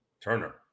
turner